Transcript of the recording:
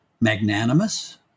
magnanimous